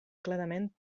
clarament